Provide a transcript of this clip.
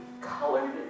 colored